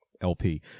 LP